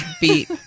beat